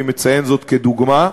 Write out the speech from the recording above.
אני מציין זאת כדוגמה,